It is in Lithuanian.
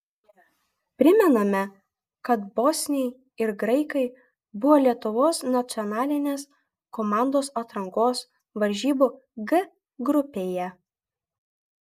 primename kad bosniai ir graikai buvo lietuvos nacionalinės komandos atrankos varžybų g grupėje